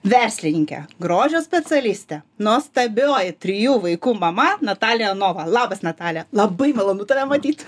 verslininkė grožio specialistė nuostabioji trijų vaikų mama natalija nova labas natalija labai malonu tave matyt